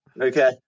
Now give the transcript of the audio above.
Okay